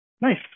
Nice